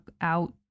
out